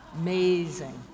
Amazing